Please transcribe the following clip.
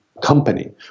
Company